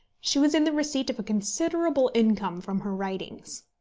she was in the receipt of a considerable income from her writings.